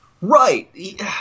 Right